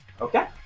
Okay